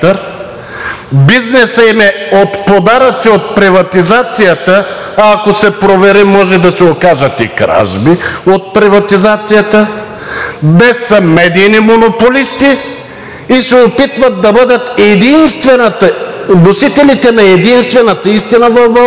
Бизнесът им е от подаръци от приватизацията. Ако се провери, може да се окажат и кражби от приватизацията, днес са медийни монополисти и се опитват да бъдат носителите на единствената истина в България.